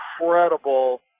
incredible